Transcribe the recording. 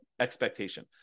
expectation